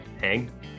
Hang